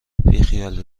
بیخیال